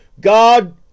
God